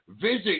Visit